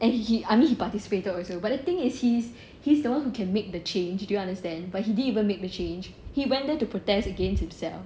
and he he I mean he participated also but the thing is he is he's the one who can make the change do you understand but he didn't even make the change he went there to protest against himself